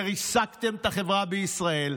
ריסקתם את החברה בישראל.